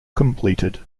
completed